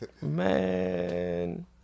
Man